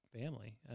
family